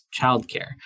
childcare